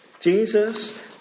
Jesus